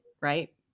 Right